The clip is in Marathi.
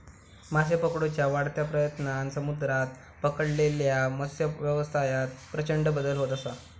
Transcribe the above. मासे पकडुच्या वाढत्या प्रयत्नांन समुद्रात पकडलेल्या मत्सव्यवसायात प्रचंड बदल होत असा